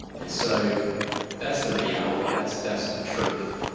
and so that's the reality, that's that's the truth.